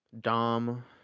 dom